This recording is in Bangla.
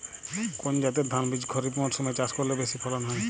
কোন জাতের ধানবীজ খরিপ মরসুম এ চাষ করলে বেশি ফলন হয়?